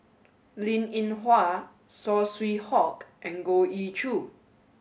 Linn In Hua Saw Swee Hock and Goh Ee Choo